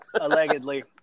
allegedly